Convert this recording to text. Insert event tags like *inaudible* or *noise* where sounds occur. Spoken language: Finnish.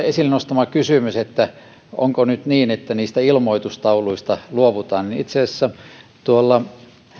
*unintelligible* esille nostama kysymys että onko nyt niin että niistä ilmoitustauluista luovutaan itse asiassa